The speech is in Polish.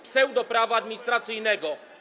pseudoprawa administracyjnego.